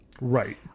Right